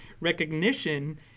recognition